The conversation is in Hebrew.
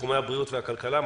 בתחומי הבריאות והכלכלה,